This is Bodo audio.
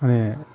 माने